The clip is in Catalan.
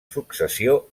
successió